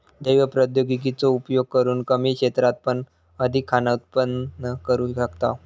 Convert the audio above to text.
जैव प्रौद्योगिकी चो उपयोग करून कमी क्षेत्रात पण अधिक खाना उत्पन्न करू शकताव